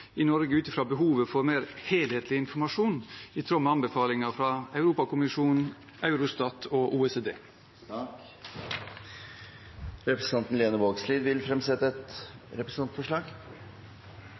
i Norge ut fra behovet for helhetlig informasjon, i tråd med anbefalinger fra Europakommisjonen, Eurostat og OECD. Representanten Lene Vågslid vil fremsette et